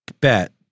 bet